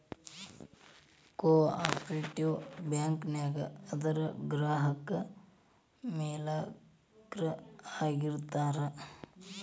co operative bank ನ್ಯಾಗ ಅದರ್ ಗ್ರಾಹಕ್ರ ಮಾಲೇಕ್ರ ಆಗಿರ್ತಾರ